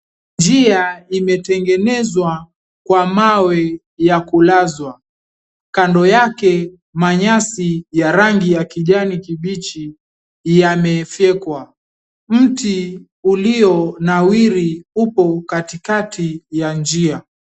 Njia imetengenezwa kwa mawe ya kulazwa. Kando yake manyasi ya rangi ya kijani kibichi yamefyekwa. Mti ulionawiri upo katikati ya njia.